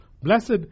Blessed